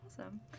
Awesome